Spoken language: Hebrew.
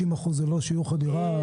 50% זה לא שיעור חדירה?